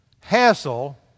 hassle